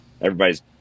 everybody's